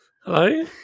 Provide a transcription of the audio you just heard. Hello